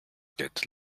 get